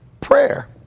prayer